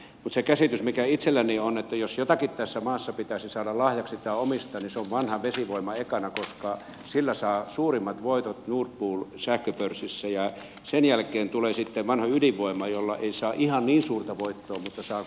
mutta itselläni on se käsitys että jos jotakin tässä maassa pitäisi saada lahjaksi tai omistaa niin se on vanha vesivoima ekana koska sillä saa suurimmat voitot nord pool sähköpörssissä ja sen jälkeen tulee sitten vanha ydinvoima jolla ei saa ihan niin suurta voittoa mutta saa kuitenkin merkittävät voitot